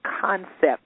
concept